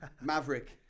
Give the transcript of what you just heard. Maverick